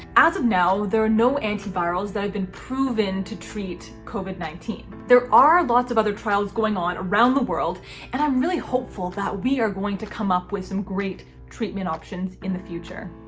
as of now there are no antivirals that have been proven to treat covid nineteen. there are lots of other trials going on around the world and i'm really hopeful that we are going to come up with some great treatment options in the future.